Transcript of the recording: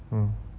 mm